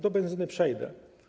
Do benzyny przejdę.